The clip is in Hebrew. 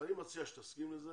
אני מציע שתסכים לזה